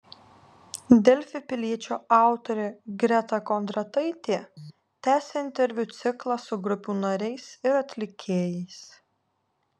delfi piliečio autorė greta kondrataitė tęsia interviu ciklą su grupių nariais ir atlikėjais